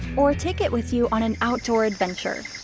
or take it with you on an outdoor adventure.